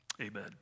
Amen